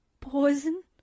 poison